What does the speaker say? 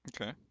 Okay